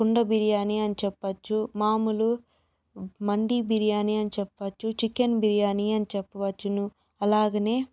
కుండ బిర్యానీ అని చెప్పవచ్చు మామూలు హండీ బిర్యానీ అని చెప్పవచ్చు చికెన్ బిర్యానీ అని చెప్పవచ్చును అలాగే